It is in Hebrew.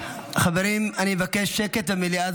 חברים, אני אבקש שקט במליאה.